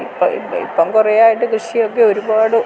ഇപ്പം ഇപ്പം കുറേ ആയിട്ട് കൃഷി ഒക്കെ ഒരുപാട്